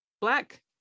black